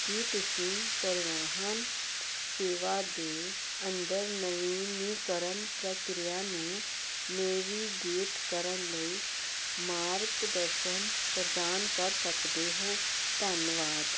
ਕੀ ਤੁਸੀਂ ਪਰਿਵਾਹਨ ਸੇਵਾ ਦੇ ਅੰਦਰ ਨਵੀਨੀਕਰਨ ਪ੍ਰਕਿਰਿਆ ਨੂੰ ਨੈਵੀਗੇਟ ਕਰਨ ਲਈ ਮਾਰਗਦਰਸ਼ਨ ਪ੍ਰਦਾਨ ਕਰ ਸਕਦੇ ਹੋ ਧੰਨਵਾਦ